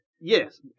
Yes